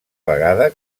vegada